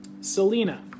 Selena